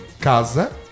casa